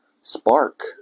spark